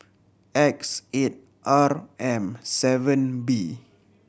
X eight R M seven B